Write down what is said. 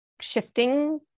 shifting